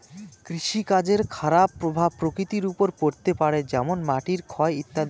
কৃষিকাজের খারাপ প্রভাব প্রকৃতির ওপর পড়তে পারে যেমন মাটির ক্ষয় ইত্যাদি